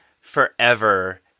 forever